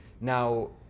Now